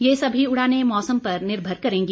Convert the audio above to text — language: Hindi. ये सभी उड़ाने मौसम पर निर्भर करेगी